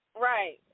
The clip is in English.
Right